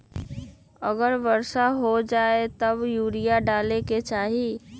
अगर वर्षा हो जाए तब यूरिया डाले के चाहि?